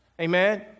Amen